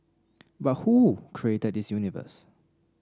but who created this universe